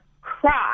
cry